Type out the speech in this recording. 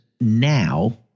now